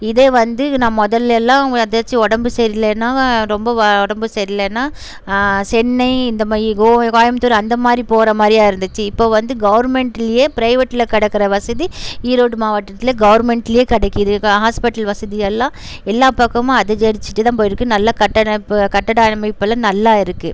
இதே வந்து நான் முதல்லேலாம் ஏதாச்சும் உடம்பு சரி இல்லைன்னா ரொம்ப வா உடம்பு சரி இல்லைன்னா சென்னை இந்தமாதிரி கோ கோயமுத்தூர் அந்த மாதிரி போகிற மாதிரியா இருந்துச்சு இப்போ வந்து கவர்மெண்ட்லேயே ப்ரைவேட்ல கடக்கிற வசதி ஈரோடு மாவட்டத்தில் கவர்மெண்ட்லேயே கிடைக்கிது கா ஹாஸ்பிட்டல் வசதி எல்லாம் எல்லா பக்கமும் அதிகரிச்சிகிட்டே தான் போயிருக்குது நல்லா கட்டிட இப்போது கட்டிட அமைப்பெலாம் நல்லா இருக்குது